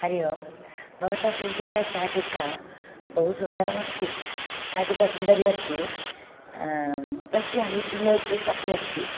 हरिः ओम् भवता प्रेषिता शाटिका बहु सुन्दरमस्ति शटिका सुन्दरी अस्ति तस्य वित् ब्लौस् पीस् अपि अस्ति